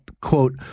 quote